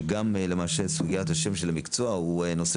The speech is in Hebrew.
שגם למעשה סוגיית השם של המקצוע הוא נושא